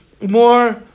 more